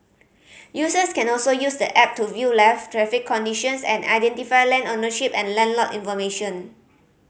users can also use the app to view live traffic conditions and identify land ownership and land lot information